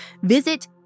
visit